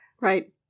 Right